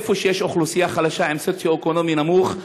איפה שיש אוכלוסייה חלשה במצב סוציו-אקונומי נמוך,